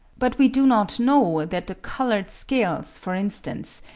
but we do not know that the coloured scales, for instance,